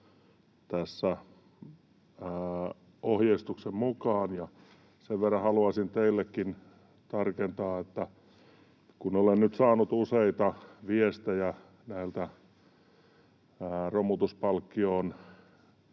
tässä ohjeistuksen mukaan. Sen verran haluaisin teillekin tarkentaa, että kun olen nyt saanut useita viestejä näiltä romutuspalkkioon